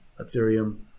Ethereum